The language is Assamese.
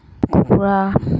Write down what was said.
কুকুৰা